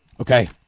okay